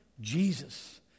Jesus